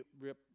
rip